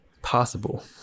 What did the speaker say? possible